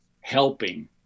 helping